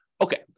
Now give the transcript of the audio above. Okay